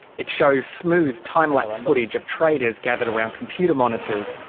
it shows smooth time-lapse footage of traders gathered around computer monitors,